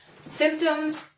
symptoms